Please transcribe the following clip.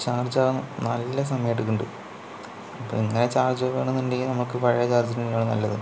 ചാർജ്ജാകാൻ നല്ല സമയം എടുക്കുന്നുണ്ട് അപ്പം ഇങ്ങനെ ചാർജ് ആവുകയാണെന്നുണ്ടെങ്കിൽ നമുക്ക് പഴയ ചാർജർ തന്നെയാണ് നല്ലത്